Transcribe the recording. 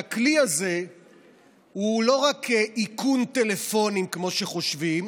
והכלי הזה הוא לא רק איכון טלפונים כמו שחושבים,